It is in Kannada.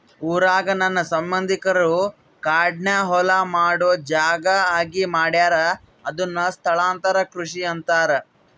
ಊರಾಗ ನನ್ನ ಸಂಬಂಧಿಕರು ಕಾಡ್ನ ಹೊಲ ಮಾಡೊ ಜಾಗ ಆಗಿ ಮಾಡ್ಯಾರ ಅದುನ್ನ ಸ್ಥಳಾಂತರ ಕೃಷಿ ಅಂತಾರ